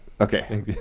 Okay